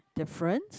difference